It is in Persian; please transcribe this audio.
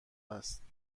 است